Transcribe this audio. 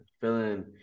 feeling